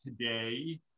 today